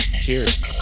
cheers